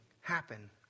happen